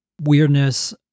weirdness